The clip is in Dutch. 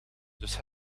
dus